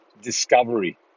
discovery